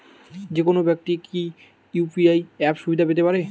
যেকোনো ব্যাক্তি কি ইউ.পি.আই অ্যাপ সুবিধা পেতে পারে?